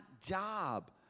job